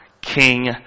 king